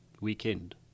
weekend